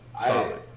solid